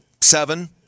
seven